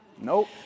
Nope